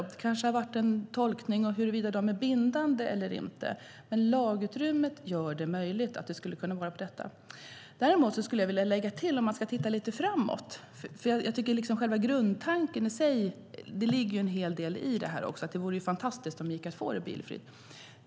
Det kanske har varit en tolkningsfråga om de är bindande eller inte, men lagutrymmet gör det här möjligt. Låt oss titta lite framåt. Det vore fantastiskt om det går att få det bilfritt.